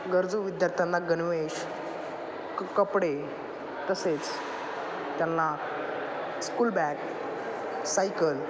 गरजू विद्यार्थ्यांना गणवेश क कपडे तसेच त्यांना स्कूल बॅग सायकल